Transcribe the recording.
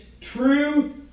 true